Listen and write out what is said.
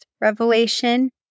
revelation